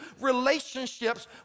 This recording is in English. relationships